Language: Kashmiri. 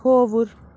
کھووُر